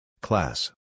Class